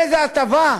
איזו הטבה?